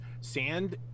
sand